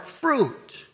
fruit